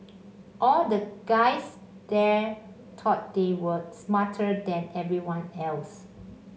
all the guys there thought they were smarter than everyone else